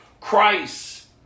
Christ